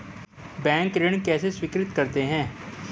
Bank ऋण कैसे स्वीकृत करते हैं?